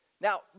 Now